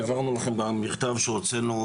העברנו אליכם במכתב שהוצאנו.